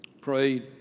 Prayed